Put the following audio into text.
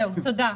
תודה.